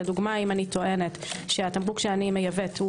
למשל אם אני טוענת שהתמרוק שאני מייבאת הוא